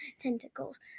Tentacles